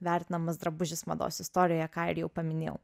vertinamas drabužis mados istorijoje ką ir jau paminėjau